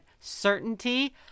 certainty